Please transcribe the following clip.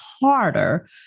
harder